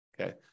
Okay